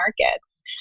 markets